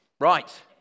Right